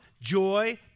joy